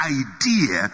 idea